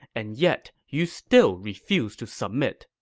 and yet you still refuse to submit.